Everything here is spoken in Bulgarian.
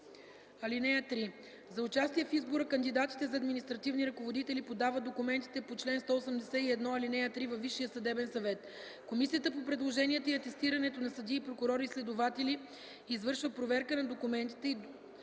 (3) За участие в избора кандидатите за административни ръководители подават документите по чл. 181, ал. 3 във Висшия съдебен съвет. Комисията по предложенията и атестирането на съдии, прокурори и следователи извършва проверка на документите и допуска